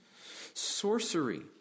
Sorcery